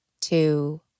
two